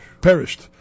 perished